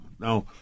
Now